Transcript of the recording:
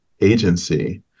agency